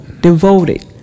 devoted